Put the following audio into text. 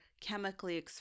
chemically